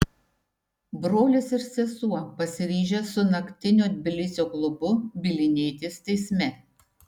brolis ir sesuo pasiryžę su naktinio tbilisio klubu bylinėtis teisme